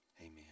Amen